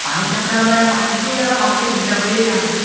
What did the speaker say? পানী চাপ্লাই মানে পানীটো ইয়াৰ পৰা ভালকৈ ফিল্টাৰ কৰিয়ে দিয়া হৈছে